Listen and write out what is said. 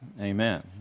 Amen